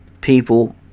people